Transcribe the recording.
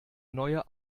neue